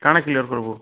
କ'ଣ କ୍ଲିୟର କରବୁ